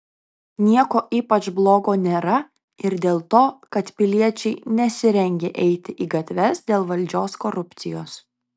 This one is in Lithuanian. nieko ypač blogo nėra ir dėl to kad piliečiai nesirengia eiti į gatves dėl valdžios korupcijos